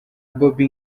bobby